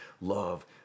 love